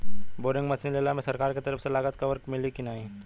Boring machine लेला मे सरकार के तरफ से लागत कवर मिली की नाही?